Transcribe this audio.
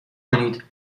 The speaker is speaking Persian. کنید